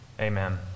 Amen